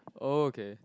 okay